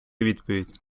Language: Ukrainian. відповідь